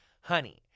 Honey